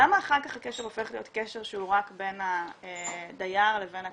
למה אחר כך הקשר הופך להיות קשר שהוא רק בין הדייר לבין הקבלן?